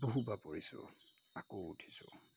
বহুবাৰ পৰিছোঁ আকৌ উঠিছোঁ